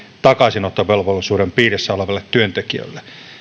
takaisinottovelvollisuuden piirissä olevalle työntekijälle